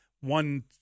one